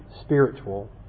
Spiritual